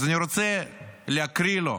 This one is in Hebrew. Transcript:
אז אני רוצה להקריא לו,